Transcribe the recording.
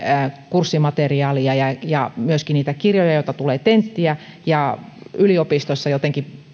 kurssimateriaaleja ja ja myöskin niitä kirjoja joita tulee tenttiä ja yliopistoissa jotenkin